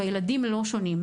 והילדים לא שונים.